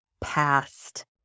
past